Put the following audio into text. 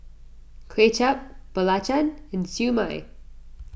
Kway Chap Belacan and Siew Mai